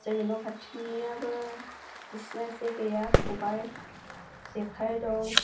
जोंनि न' खाथिनियाबो बिसोरना जे गैया खबाइ जेखाइ दं